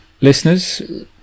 Listeners